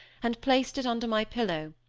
and placed it under my pillow,